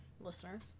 listeners